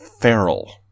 feral